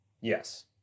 Yes